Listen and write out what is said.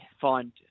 Find